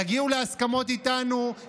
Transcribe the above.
תגיעו להסכמות איתנו,